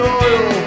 oil